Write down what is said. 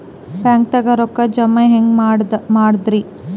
ಬ್ಯಾಂಕ್ದಾಗ ರೊಕ್ಕ ಜಮ ಹೆಂಗ್ ಮಾಡದ್ರಿ?